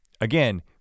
again